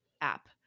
app